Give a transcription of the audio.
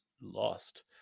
lost